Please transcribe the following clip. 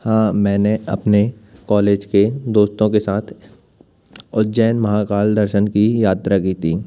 हाँ मैंने अपने कॉलेज के दोस्तों के साथ उज्जैन महाकाल दर्शन की यात्रा की थी